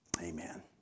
Amen